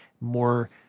more